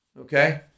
Okay